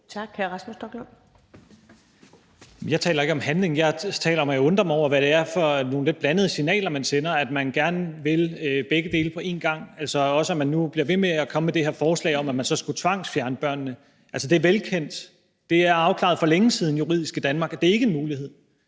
Kl. 14:11 Rasmus Stoklund (S): Jeg taler ikke om handling. Jeg taler om, at jeg undrer mig over, hvad det er for nogle lidt blandede signaler, man sender, om, at man gerne vil begge dele på én gang, altså at man nu også bliver ved med at komme med det her forslag om, at man så skulle tvangsfjerne børnene. Altså, det er velkendt. Det er afklaret juridisk i Danmark for længe siden, at det ikke er en mulighed,